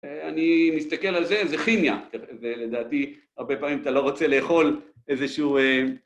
אני מסתכל על זה, זה כימיה, ולדעתי הרבה פעמים אתה לא רוצה לאכול איזשהו